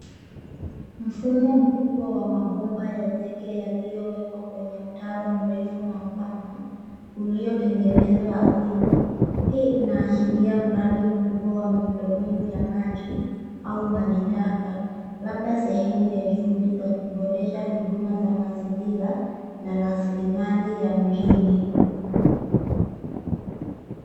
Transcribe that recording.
Mfumo mkubwa wa mabomba ya zege yaliyowekwa kwenye mtaro mrefu na mpana uliotengenezwa ardhini. Hii inaashiria mradi mkubwa wa miundombinu ya maji au maji taka labda sehemu ya juhudi za kuboresha huduma za mazingira na rasilimali ya mjini.